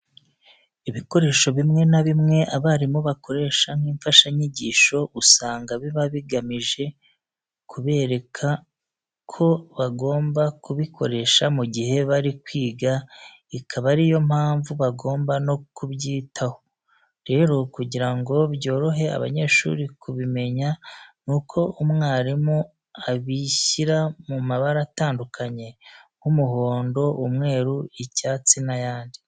Ibikoresho bimwe na bimwe abarimu bakoresha nk'imfashanyigisho usanga biba bigamije kubereka ko bagomba kubikoresha mu gihe bari kwiga ikaba ari yo mpamvu bagomba no kubyitaho. Rero kugira ngo byorohere abanyeshuri kubimenya nuko umwarimu abishyira mu mabara atandukanye nk'umuhondo, umweru, icyatsi n'ayandi.